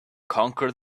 conquer